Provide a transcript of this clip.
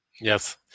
Yes